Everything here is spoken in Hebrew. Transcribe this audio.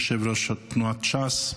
יושב-ראש תנועת ש"ס,